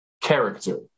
character